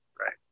right